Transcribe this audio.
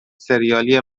ســریالی